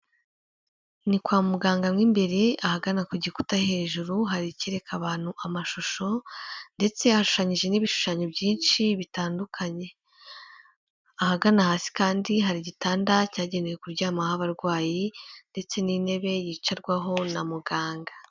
Ni kwa muganga mo imbere, ahagana ku gikuta hejuru hari icyereka abantu amashusho ndetse hashushanyije n'ibishushanyo byinshi bitandukanye, ahagana hasi kandi hari igitanda cyagenewe kuryamaho abarwayi ndetse n'intebe yicarwaho na muganga.